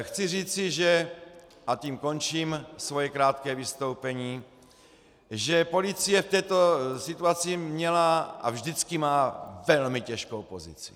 Chci říci, a tím končím svoje krátké vystoupení, že policie v této situaci měla a vždycky má velmi těžkou pozici.